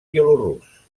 bielorús